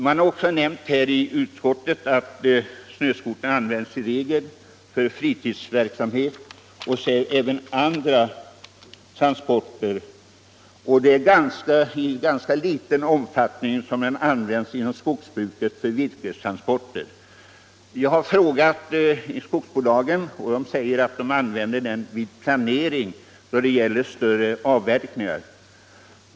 Man har också i utskottet nämnt att snöskotern i regel används för fritidsverksamhet, men även för andra transporter. Det är i ganska liten omfattning som den används inom skogsbruket för virkestransporter. Vi har frågat skogsbolagen, och de siger att de använder den vid planering av större avverkningar.